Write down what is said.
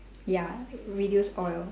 ya reduce oil